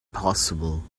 possible